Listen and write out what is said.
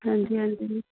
ਹਾਂਜੀ ਹਾਂਜੀ